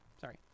Sorry